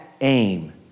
aim